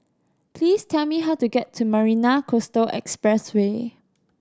please tell me how to get to Marina Coastal Expressway